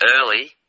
early